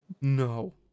No